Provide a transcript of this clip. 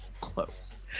close